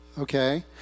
Okay